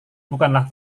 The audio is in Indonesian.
bukanlah